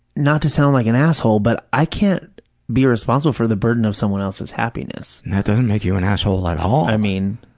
not to sound like an asshole, but i can't be responsible for the burden of someone else's happiness. that doesn't make you an asshole at all. i mean,